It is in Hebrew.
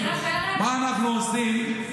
מה אנחנו עושים,